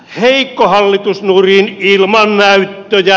heikko hallitus nurin ilman näyttöjä